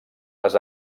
les